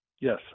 Yes